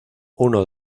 uno